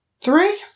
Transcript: Three